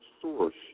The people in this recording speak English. source